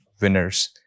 winners